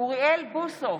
אוריאל בוסו,